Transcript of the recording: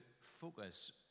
focus